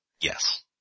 Yes